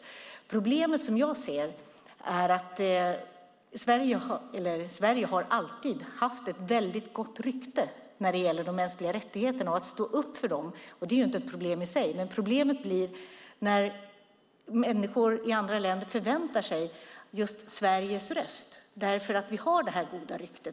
Sverige har alltid haft ett gott rykte när det gäller att stå upp för de mänskliga rättigheterna, och det är ju inte ett problem i sig, men problemet uppstår när människor i andra länder väntar sig att få höra just Sveriges röst eftersom vi har detta goda rykte.